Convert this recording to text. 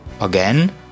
Again